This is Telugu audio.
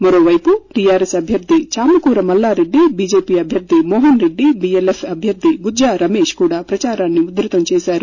మరోవైపు టిఆర్ఎస్ అభ్యర్ది చామకూర మల్లారెడ్డి బిజెపీ అభ్యర్ది మోహన్ రెడ్డి బిఎల్ఎఫ్ అభ్యర్ది గుజ్జా రమేష్ కూడా ప్రచారాన్ని ఉధృతం చేశారు